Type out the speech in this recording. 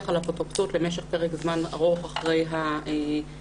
האפוטרופסות למשך פרק זמן ארוך אחרי האירוע.